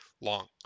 long